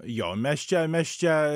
jo mes čia mes čia